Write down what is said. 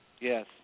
Yes